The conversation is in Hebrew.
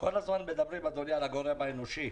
כל הזמן מדברים, אדוני, על הגורם האנושי.